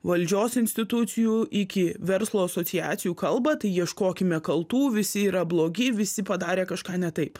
valdžios institucijų iki verslo asociacijų kalba tai ieškokime kaltų visi yra blogi visi padarė kažką ne taip